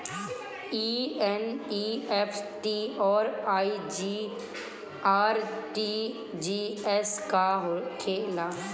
ई एन.ई.एफ.टी और आर.टी.जी.एस का होखे ला?